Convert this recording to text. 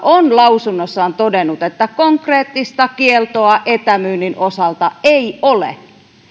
on lausunnossaan todennut että konkreettista kieltoa etämyynnin osalta ei ole